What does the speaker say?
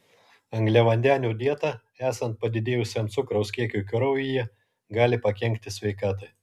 angliavandenių dieta esant padidėjusiam cukraus kiekiui kraujyje gali pakenkti sveikatai